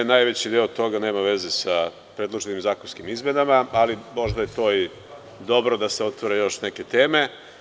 Najveći deo toga nema veze sa predloženim zakonskim izmenama, ali možda je to i dobro, da se otvore još neke teme.